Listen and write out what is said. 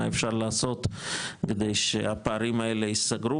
אפשר לעשות כדי שהפערים האלה יסגרו,